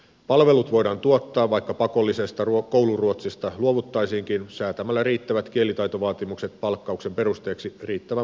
palvelut voidaan tuottaa vaikka pakollisesta kouluruotsista luovuttaisiinkin säätämällä riittävät kielitaitovaatimukset palkkauksen perusteeksi riittävän monelle virkamiehelle